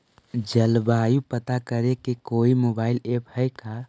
जलवायु पता करे के कोइ मोबाईल ऐप है का?